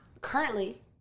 currently